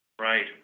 Right